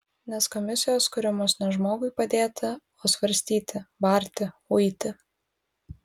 nes komisijos kuriamos ne žmogui padėti o svarstyti barti uiti